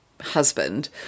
husband